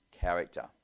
character